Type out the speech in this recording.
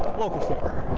local four.